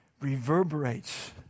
reverberates